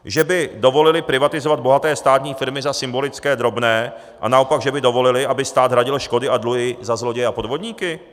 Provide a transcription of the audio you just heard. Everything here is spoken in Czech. Že by dovolili privatizovat bohaté státní firmy za symbolické drobné, a naopak že by dovolili, aby stát hradil škody a dluhy za zloděje a podvodníky?